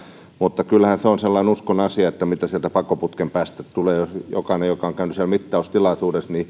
mutta kyllähän se on sellainen uskon asia mitä sieltä pakoputken päästä tulee jokainen joka on käynyt mittaustilaisuudessa tietää että